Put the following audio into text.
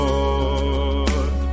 Lord